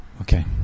Okay